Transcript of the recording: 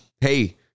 hey